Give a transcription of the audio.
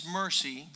mercy